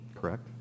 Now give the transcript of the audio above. Correct